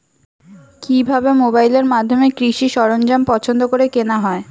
কিভাবে মোবাইলের মাধ্যমে কৃষি সরঞ্জাম পছন্দ করে কেনা হয়?